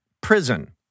prison